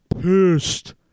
pissed